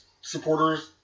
supporters